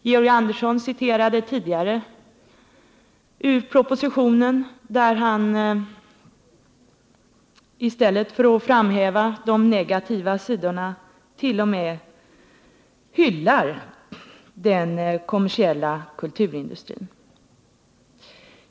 Georg Andersson citerade tidigare ur propositionen, där utbildningsministern i stället för att framhäva de negativa sidorna t.o.m. hyllar den kommersiella kulturindustrin.